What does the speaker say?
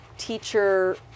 teacher